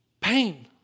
pain